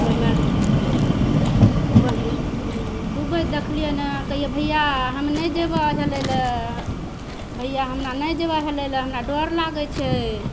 ओहिमे डूबैत देखलियै ने कहियै भैया हम नहि जेबै हेलै लए भैया हमरा नहि जेबा हेलै लए हमरा डर लागै छै